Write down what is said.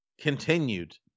continued